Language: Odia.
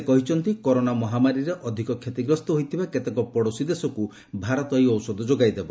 ସେ କହିଛନ୍ତି କରୋନା ମହାମାରୀରେ ଅଧିକ କ୍ଷତିଗ୍ରସ୍ତ ହୋଇଥିବା କେତେକ ପଡ଼ୋଶୀ ଦେଶକୁ ଭାରତ ଏହି ଔଷଧ ଯୋଗାଇଦେବ